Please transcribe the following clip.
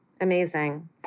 Amazing